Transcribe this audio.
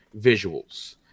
visuals